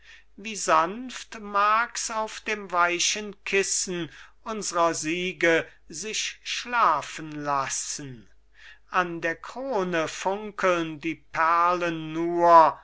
wie sanft mags auf dem weichen kissen unsrer siege sich schlafen lassen an der krone funkeln die perlen nur